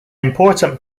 important